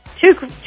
two